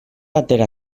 atera